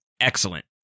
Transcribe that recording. excellent